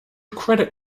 credit